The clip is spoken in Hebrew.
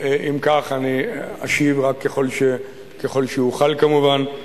אם כך, אני אשיב רק ככל שאוכל, כמובן.